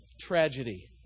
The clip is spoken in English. tragedy